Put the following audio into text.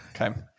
Okay